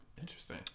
Interesting